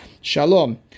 Shalom